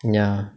ya